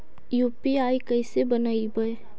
UPI कैसे बनइबै?